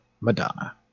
Madonna